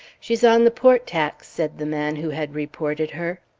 she's on the port tack, said the man who had reported her.